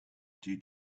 due